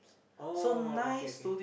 oh okay okay